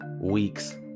weeks